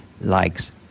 likes